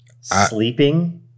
sleeping